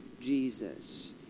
Jesus